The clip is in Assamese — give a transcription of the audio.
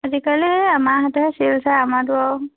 আজিকালি আমাৰহঁতেহ চিৰিয়েল চাই আমাৰটো আৰু